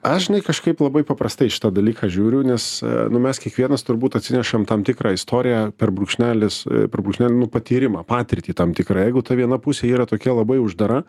aš žinai kažkaip labai paprastai į šitą dalyką žiūriu nes nu mes kiekvienas turbūt atsinešam tam tikrą istoriją per brūkšnelis per brūkšnelį nu patyrimą patirtį tam tikrą jeigu ta viena pusė yra tokia labai uždara